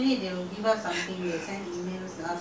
fix your time lah go do work and come back